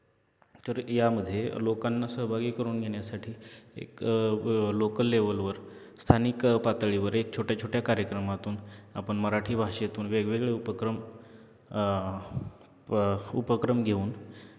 तर यामध्ये लोकांना सहभागी करून घेण्यासाठी एक लोकल लेवलवर स्थानिक पातळीवर एक छोट्या छोट्या कार्यक्रमातून आपण मराठी भाषेतून वेगवेगळे उपक्रम प उपक्रम घेऊन